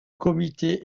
comité